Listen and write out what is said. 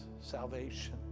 Salvation